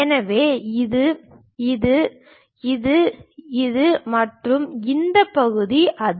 எனவே இது இது இது இது மற்றும் இந்த பகுதி அது